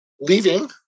leaving